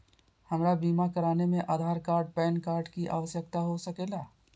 हमरा बीमा कराने में आधार कार्ड पैन कार्ड की आवश्यकता हो सके ला?